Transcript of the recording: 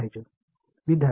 மாணவர்Sir ஆம்